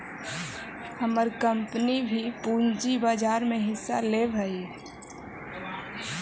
हमर कंपनी भी पूंजी बाजार में हिस्सा लेवअ हई